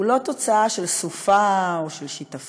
הוא לא תוצאה של סופה, או של שיטפון,